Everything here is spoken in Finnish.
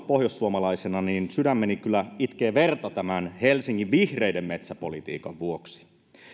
pohjoissuomalaisena sydämeni kyllä itkee verta tämän helsingin vihreiden metsäpolitiikan vuoksi